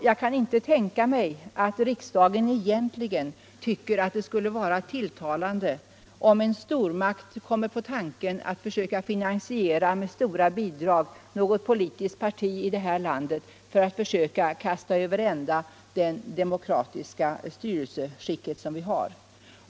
Jag kan inte tänka mig att riksdagen egentligen tycker att det skulle vara tilltalande om en främmande makt kommer på tanken att med stora belopp finansiera något politiskt parti i det här landet för att försöka kasta över ända det demokratiska styrelseskick som vi har.